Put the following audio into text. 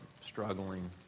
struggling